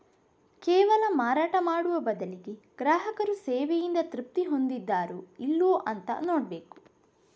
ಕೇವಲ ಮಾರಾಟ ಮಾಡುವ ಬದಲಿಗೆ ಗ್ರಾಹಕರು ಸೇವೆಯಿಂದ ತೃಪ್ತಿ ಹೊಂದಿದಾರೋ ಇಲ್ವೋ ಅಂತ ನೋಡ್ಬೇಕು